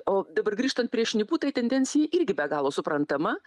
o dabar grįžtant prie šnipų tai tendencija irgi be galo suprantama